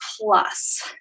plus